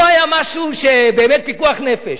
לא היה משהו פיקוח נפש,